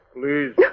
Please